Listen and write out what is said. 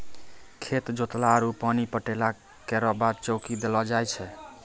खेत जोतला आरु पानी पटैला केरो बाद चौकी देलो जाय छै?